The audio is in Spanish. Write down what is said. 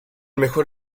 mejor